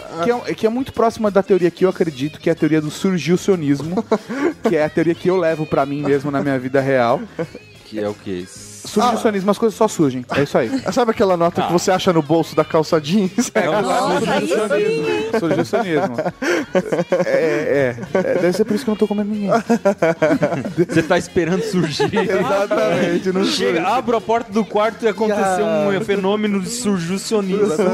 Que é um- que é muito próxima da teoria que eu acredito, que é a teoria do surgicionismo, que é a teoria que eu levo pra mim mesmo na minha vida real. Que é o quê? Surgicionismo, Ah. as coisas só surgem, é isso aí. Sabe aquela nota Ah. que você acha no bolso da calça jeans? É um Nossa, aí surgicionismo. sim, hein? Surgicionismo. É- é- é, deve ser por isso que eu não tô comendo ninguém. Você tá esperando surgir. Exatamente, não Chega, surge. abre a porta do quarto e aconteceu Ya. um fenômeno de surgicionismo.